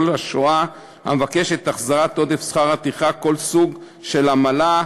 השואה המבקש את החזרת עודף שכר הטרחה כל סוג של עמלה,